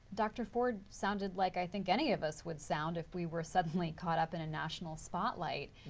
dr. ford sounded like, i think any of us would sound if we were suddenly caught up in a national spotlight.